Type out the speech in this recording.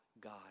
God